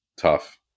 Tough